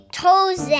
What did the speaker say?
toes